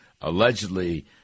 allegedly